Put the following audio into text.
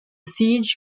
siege